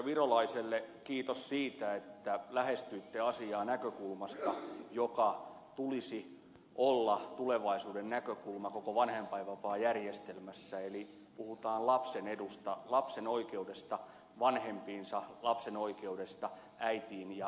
virolaiselle kiitos siitä että lähestyitte asiaa näkökulmasta jonka tulisi olla tulevaisuuden näkökulma koko vanhempainvapaajärjestelmässä eli puhutaan lapsen edusta lapsen oikeudesta vanhempiinsa lapsen oikeudesta äitiin ja isään